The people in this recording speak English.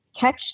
catch